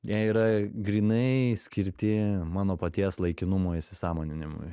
jie yra grynai skirti mano paties laikinumo įsisąmoninimui